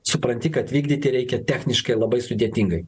supranti kad vykdyti reikia techniškai labai sudėtingai